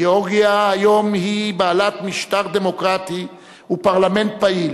גאורגיה היום היא בעלת משטר דמוקרטי ופרלמנט פעיל,